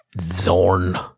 Zorn